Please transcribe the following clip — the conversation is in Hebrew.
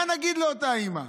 מה נגיד לאותה אימא?